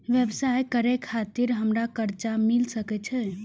व्यवसाय करे खातिर हमरा कर्जा मिल सके छे?